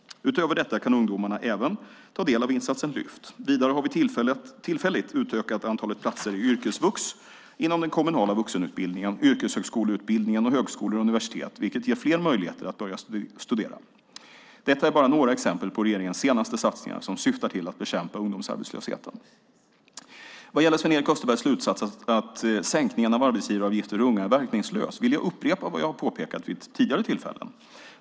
Utöver detta kan ungdomarna även ta del av insatsen Lyft. Vidare har vi tillfälligt utökat antalet platser i yrkesvux inom den kommunala vuxenutbildningen, yrkeshögskoleutbildningen och högskolor och universitet vilket ger fler möjlighet att börja studera. Detta är bara några exempel på regeringens senaste satsningar som syftar till att bekämpa ungdomsarbetslösheten. Vad gäller Sven-Erik Österbergs slutsats att sänkningen av arbetsgivaravgiften för unga är verkningslös, vill jag upprepa vad jag har påpekat vid tidigare tillfällen.